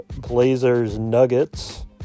Blazers-Nuggets